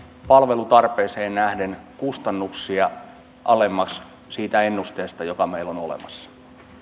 palvelutarpeeseen nähden kustannuksia alemmas siitä ennusteesta joka meillä on olemassa